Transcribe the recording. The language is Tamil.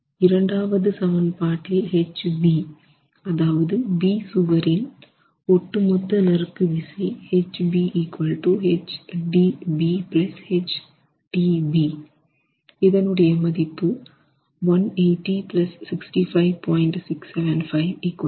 இரண்டாவது சமன்பாட்டில் H B அதாவது B சுவரின் சுவரில் ஒட்டு மொத்த நறுக்கு விசை H B H D B H t B இதனுடைய மதிப்பு 18065